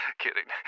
kidding